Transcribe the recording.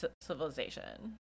civilization